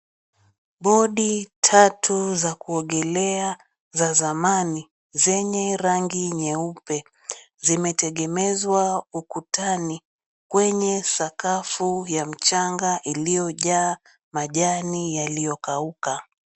Bodi tatu za zamani zenye rangi nyeupe zimetegemezwa ukutani kwenye sakafu ya mchanga iliyojaa majani yaliyokauka.